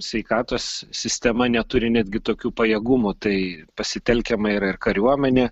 sveikatos sistema neturi netgi tokių pajėgumų tai pasitelkiama yra ir kariuomenė